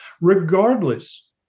Regardless